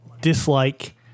dislike